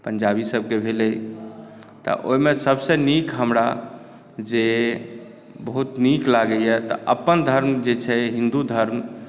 पंजाबी सबके भेलै तऽ ओहिमे सबसे नीक हमरा जे बहुत नीक लागैया तऽ अपन धर्म जे छै हिन्दू धर्म